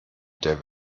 der